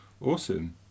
Awesome